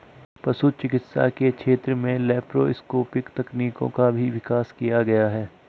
पशु चिकित्सा के क्षेत्र में लैप्रोस्कोपिक तकनीकों का भी विकास किया गया है